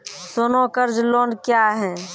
सोना कर्ज लोन क्या हैं?